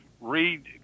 Read